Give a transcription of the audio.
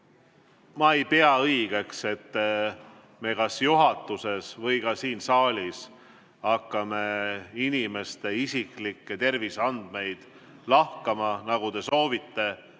ei pea õigeks, et me kas juhatuses või siin saalis hakkame inimeste isiklikke terviseandmeid lahkama, nagu te soovite.